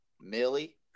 Millie